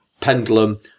pendulum